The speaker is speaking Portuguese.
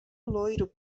loiro